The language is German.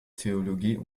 theologie